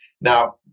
Now